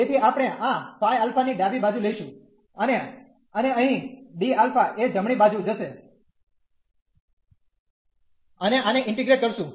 તેથી આપણે આ ϕ α ની ડાબી બાજું લેશું અને અને અહી d α એ જમણી બાજું જશે અને આને ઇન્ટીગ્રેટ કરશું